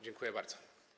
Dziękuję bardzo.